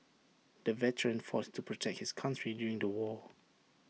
the veteran fought to protect his country during the war